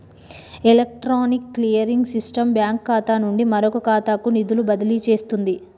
electronic clearing system bank ఖాతా నుండి మరొక ఖాతాకు నిధులు బదిలీ చేస్తుంది